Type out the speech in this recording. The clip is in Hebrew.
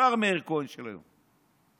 השר של היום מאיר כהן,